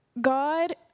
God